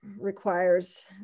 requires